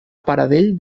pradell